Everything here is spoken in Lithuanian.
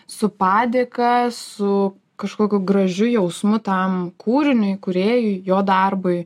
su padėka su kažkokiu gražiu jausmu tam kūriniui kūrėjui jo darbui